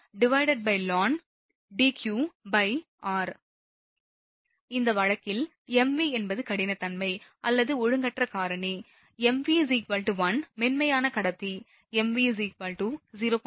0301 ln Deq r இந்த வழக்கில் mv என்பது கடினத்தன்மை அல்லது ஒழுங்கற்ற காரணி mv 1 மென்மையான கடத்தி mv 0